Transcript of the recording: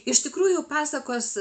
iš tikrųjų pasakos